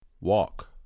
Walk